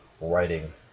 writing